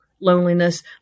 loneliness